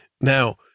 Now